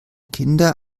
kinder